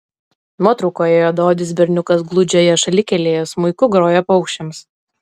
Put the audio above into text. nuotraukoje juodaodis berniukas gludžioje šalikelėje smuiku groja paukščiams